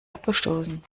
abgestoßen